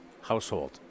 household